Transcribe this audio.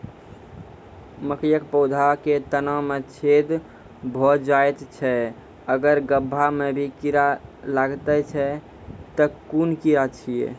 मकयक पौधा के तना मे छेद भो जायत छै आर गभ्भा मे भी कीड़ा लागतै छै कून कीड़ा छियै?